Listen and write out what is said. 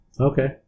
Okay